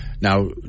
Now